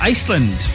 Iceland